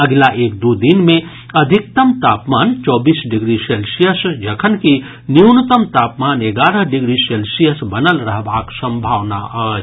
अगिला एक दू दिन मे अधिकतम तापमान चौबीस डिग्री सेल्सियस जखनकि न्यूनतम तापमान एगारह डिग्री सेल्सियस बनल रहबाक संभावना अछि